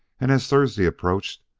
and as thursday approached,